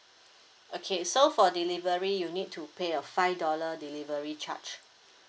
okay so for delivery you need to pay a five dollar delivery charge